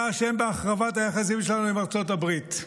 אתה אשם בהחרבת היחסים שלנו עם ארצות הברית.